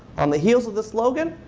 on the heels of the slogan,